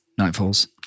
Nightfalls